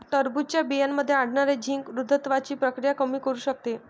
टरबूजच्या बियांमध्ये आढळणारे झिंक वृद्धत्वाची प्रक्रिया कमी करू शकते